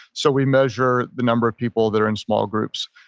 so we measure the number of people that are in small groups.